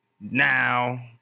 now